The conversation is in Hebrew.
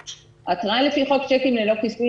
התראה לפי חוק צ'קים ללא כיסוי,